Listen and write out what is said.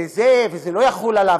וזה לא יחול עליו,